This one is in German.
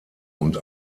und